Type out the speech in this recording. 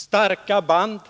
Starka band